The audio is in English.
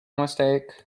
mistake